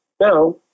Now